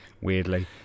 weirdly